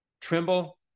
Trimble